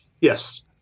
Yes